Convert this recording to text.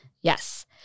Yes